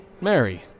Mary